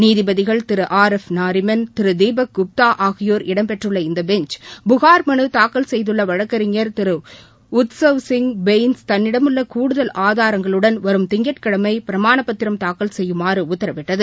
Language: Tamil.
நீதிபதிகள் திரு ஆர் எஃப் நாரிமன் திருதீபக் குப்தாஆகியோர் இடம்பெற்றுள்ள இந்தபெஞ்ச் புகார் மனுதாக்கல் செய்துள்ளவழக்கறிஞர் உத்சவ்சிங் பெய்ன்ஸ் தன்னிடமுள்ளகூடுதல் ஆதாரங்களுடன் வரும் திங்கட்கிழமைபிரமாணபத்திரம் தாக்கல் செய்யுமாறுஉத்தரவிட்டது